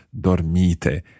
dormite